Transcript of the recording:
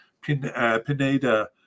Pineda